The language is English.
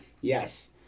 Yes